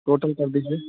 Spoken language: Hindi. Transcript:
टोटल कर दीजिए